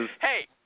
Hey